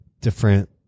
different